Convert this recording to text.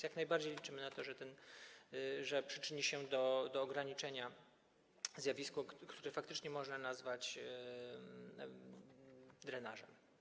Jak najbardziej liczymy na to, że przyczyni się to do ograniczenia zjawiska, które faktycznie można nazwać drenażem.